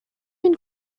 been